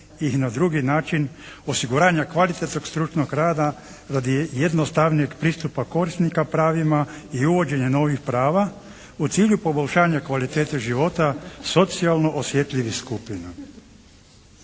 ih na drugi način, osiguranje kvalitetnog stručnog rada radi jednostavnijeg pristupa korisnika pravima i uvođenje novih prava u cilju poboljšanja kvalitete života socijalno osjetljivih skupina.